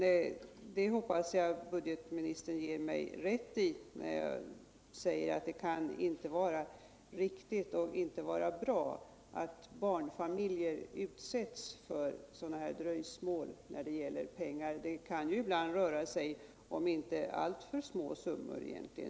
Jag hoppas emellertid att budgetministern ger mig rätt när jag säger att det inte kan vara riktigt och bra att barnfamiljer utsätts för sådana här dröjsmål när det gäller pengar. Det kan ju ändå röra sig om inte alltför små summor.